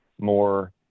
more